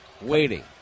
waiting